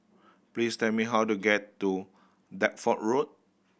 please tell me how to get to Deptford Road